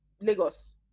Lagos